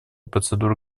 процедуры